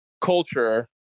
culture